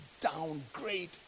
downgrade